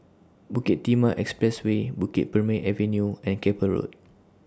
Bukit Timah Expressway Bukit Purmei Avenue and Keppel Road